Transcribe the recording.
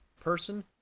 Person